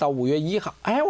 the i